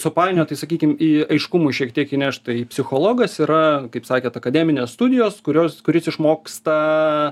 supainioja tai sakykim į aiškumo šiek tiek įnešt tai psichologas yra kaip sakėt akademinės studijos kurios kuris išmoksta